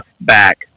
back